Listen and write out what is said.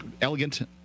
Elegant